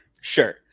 Sure